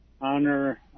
honor